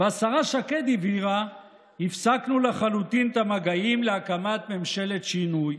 והשרה שקד הבהירה: "הפסקנו לחלוטין את המגעים להקמת ממשלת שינוי".